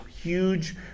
huge